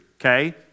okay